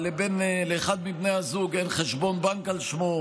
שלאחד מבני הזוג אין חשבון בנק על שמו,